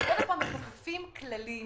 אנחנו מכופפים כללים